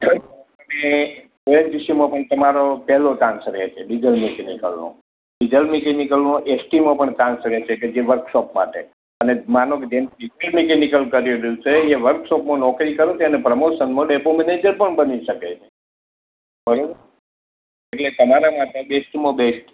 અને ઓએનજીસીમાં પણ તમારો પહેલો ચાન્સ રહે છે ડીઝલ મિકેનીકલનો ડીઝલ મિકેનીકલનો એસટીમાં પણ ચાન્સ રહે છે કે જે વર્કશોપ માટે અને માનો કે જેને ડીઝલ મિકેનીકલ કરી લીધેલું છે એ વર્કશોપમાં નોકરી કરે તો એને પ્રમોશનમાં ડેપો મેનેજર પણ બની શકે છે બરાબર એટલે તમારા માટે બેસ્ટમાં બેસ્ટ